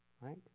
Right